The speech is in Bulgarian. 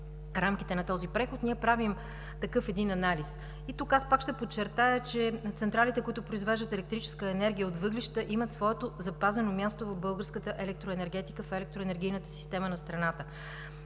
рамките на този преход, ние правим такъв един анализ. И тук пак ще подчертая, че централите, които произвеждат електрическа енергия от въглища, имат своето запазено място в българската електроенергетика, в електроенергийната система на страната.